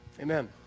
Amen